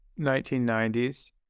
1990s